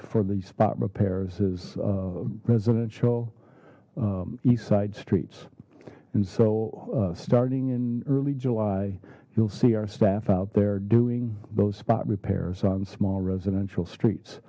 for the spot repairs is residential east side streets and so starting in early july you'll see our staff out there doing those spot repairs on small residential streets